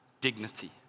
dignity